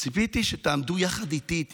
ציפיתי שתעמדו יחד איתי.